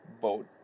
boat